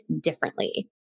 differently